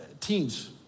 Teens